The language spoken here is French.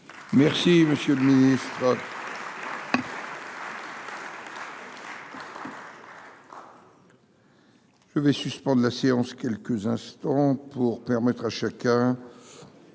Merci monsieur. Je vais suspendre la séance quelques instants pour permettre à chacun.